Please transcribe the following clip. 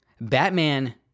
Batman